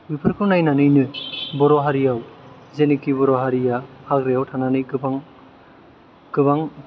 बेफोरखौ नायनानैनो बर' हारियाव जेनाखि बर' हारिया हाग्रायाव थानानै गोबां